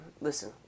listen